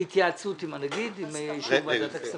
התייעצות עם הנגיד ועם יושב ראש ועדת הכספים.